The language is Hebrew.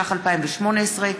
התשע"ח 2018,